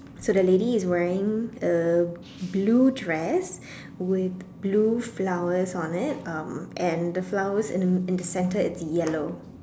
so the lady is wearing a blue dress with blue flowers on it um and the flowers in the in the center is yellow